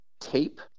tape